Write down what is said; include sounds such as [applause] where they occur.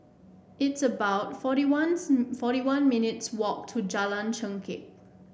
it's about forty one [unintelligible] forty one minutes' walk to Jalan Chengkek